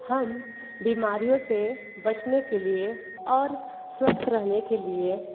हम बीमारियों से बचने के लिए और स्वस्थ रहने के लिए